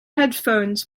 headphones